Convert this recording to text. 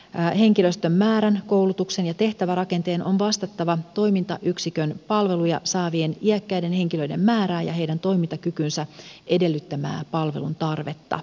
henkilöstön määrän koulutuksen ja tehtävärakenteen on vastattava toimintayksikön palveluja saavien iäkkäiden henkilöiden määrää ja heidän toimintakykynsä edellyttämää palveluntarvetta